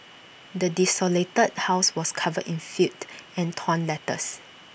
the desolated house was covered in filth and torn letters